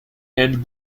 and